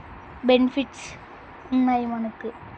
benefits ఉన్నాయి మనకు